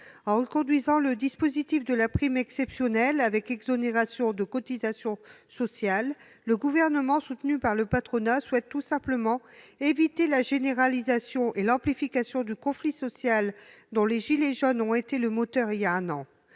En reconduisant le dispositif de la prime exceptionnelle, avec exonération de cotisations sociales, le Gouvernement, soutenu par le patronat, souhaite tout simplement éviter la généralisation et l'amplification du conflit social dont les « gilets jaunes » ont été le moteur voilà un an,